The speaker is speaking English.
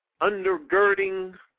undergirding